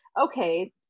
okay